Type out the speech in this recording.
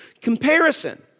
comparison